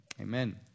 Amen